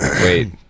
Wait